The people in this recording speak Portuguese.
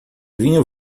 vinho